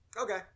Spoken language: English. Okay